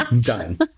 done